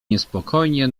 niespokojnie